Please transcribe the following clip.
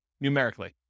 numerically